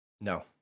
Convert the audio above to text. No